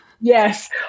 Yes